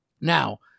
Now